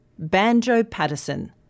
Banjo-Patterson